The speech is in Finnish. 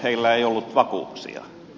heillä ei ollut vakuuksia